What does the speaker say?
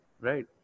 right